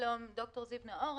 אני ד"ר זיו נאור,